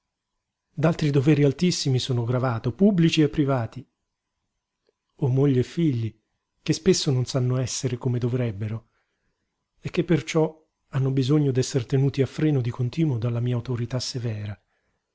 assistenza d'altri doveri altissimi sono gravato pubblici e privati ho moglie e figli che spesso non sanno essere come dovrebbero e che perciò hanno bisogno d'esser tenuti a freno di continuo dalla mia autorità severa